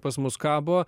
pas mus kabo